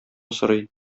сорый